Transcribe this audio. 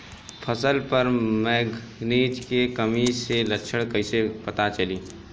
फसल पर मैगनीज के कमी के लक्षण कईसे पता चली?